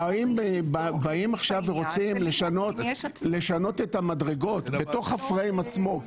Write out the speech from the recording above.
באים עכשיו ורוצים לשנות את המדרגות בתוך הפריים עצמו.